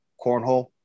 cornhole